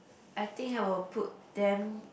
I think I will put them